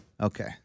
Okay